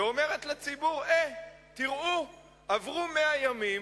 ואומרת לציבור: תראו, עברו 100 ימים,